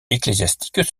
ecclésiastiques